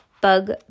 bug